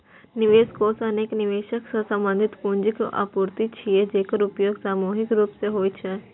निवेश कोष अनेक निवेशक सं संबंधित पूंजीक आपूर्ति छियै, जेकर उपयोग सामूहिक रूप सं होइ छै